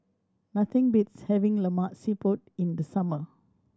nothing beats having Lemak Siput in the summer